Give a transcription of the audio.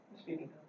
Speaking